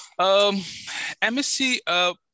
MSC